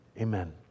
amen